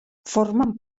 formen